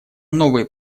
новые